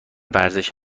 ورزش